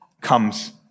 comes